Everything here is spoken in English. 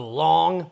long